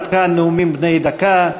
עד כאן נאומים בני דקה.